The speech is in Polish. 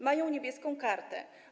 Mają „Niebieską kartę”